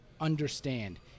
understand